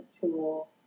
tool